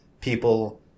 people